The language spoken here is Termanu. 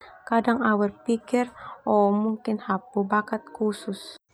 Kadang au berpikir oh mungkin hapu bakat khusus.